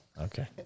Okay